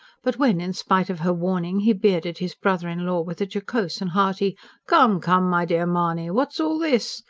but when, in spite of her warning, he bearded his brother-in-law with a jocose and hearty come, come, my dear mahony! what's all this?